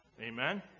Amen